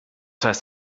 heißt